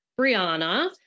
Brianna